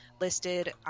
listed